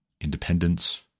independence